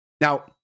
Now